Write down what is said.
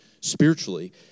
spiritually